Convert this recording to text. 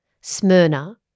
Smyrna